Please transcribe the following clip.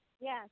yes